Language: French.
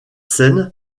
scène